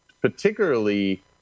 particularly